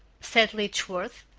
said letchworth,